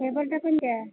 mobile ଟା କେମିତିଆ